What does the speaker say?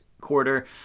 quarter